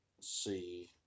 see